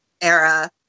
era